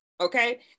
okay